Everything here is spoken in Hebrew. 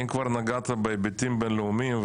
אם כבר נגעת בהיבטים בין-לאומיים,